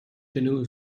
canoe